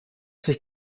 sich